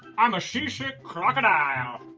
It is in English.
i'm a sea-sick crocodile.